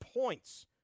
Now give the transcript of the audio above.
points